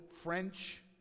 French